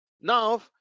now